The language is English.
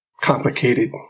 complicated